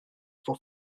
for